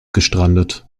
gestrandet